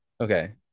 Okay